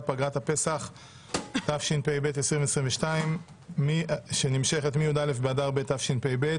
פגרת הפסח התשפ"ב-2022 (י"א באדר ב' התשפ"ב